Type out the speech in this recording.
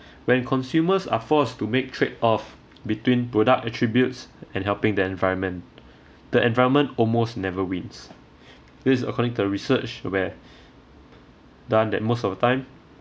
when consumers are forced to make trade off between product attributes and helping the environment the environment almost never wins this is according to a research where done that most of the time